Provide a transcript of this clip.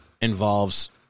involves